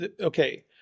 okay